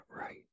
right